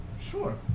Sure